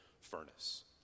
furnace